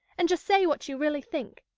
and just say what you really think.